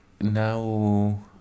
Now